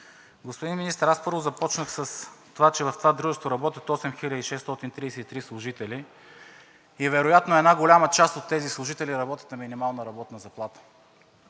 Господин Министър, първо, започнах с това, че в това дружество работят 8633 служители и вероятно една голяма част от тези служители работят на минимална работна заплата.